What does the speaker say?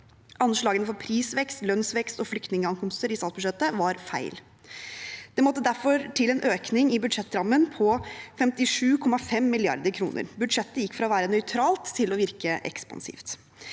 Anslagene for prisvekst, lønnsvekst og flyktningankomster i statsbudsjettet var feil. Det måtte derfor til en økning i budsjettrammen på 57,5 mrd. kr. Budsjettet gikk fra å være nøytralt til å virke ekspansivt.